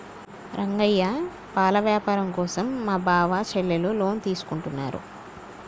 రంగయ్య పాల వ్యాపారం కోసం మా బావ చెల్లెలు లోన్ తీసుకుంటున్నారు